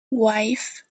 wife